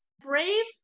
brave